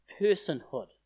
personhood